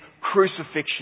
crucifixion